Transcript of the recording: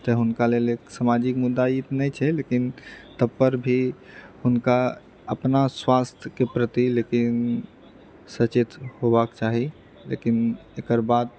तैंँ हुनका लेल समाजिक मुद्दा ई तऽ नहि छै लेकिन तब पर भी हुनका अपना स्वास्थके प्रति लेकिन सचेत होबाके चाही लेकिन एकर बाद